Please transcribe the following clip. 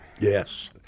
Yes